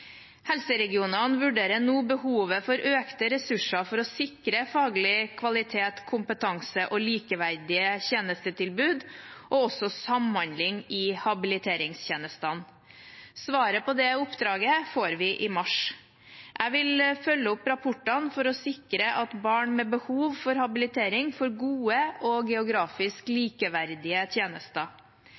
Helseregionene vurderer nå behovet for økte ressurser for å sikre faglig kvalitet, kompetanse og likeverdige tjenestetilbud og også samhandling i habiliteringstjenestene. Svaret på det oppdraget får vi i mars. Jeg vil følge opp rapportene for å sikre at barn med behov for habilitering får gode og geografisk likeverdige tjenester.